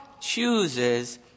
chooses